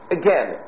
again